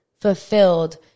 fulfilled